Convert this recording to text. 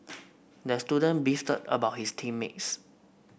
the student beefed about his team mates